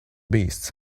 beasts